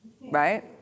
Right